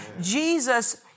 Jesus